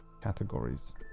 categories